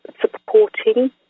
supporting